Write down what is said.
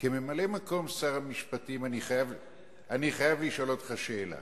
כממלא-מקום שר המשפטים, אני חייב לשאול אותך שאלה.